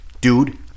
Dude